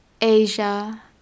Asia